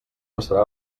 passarà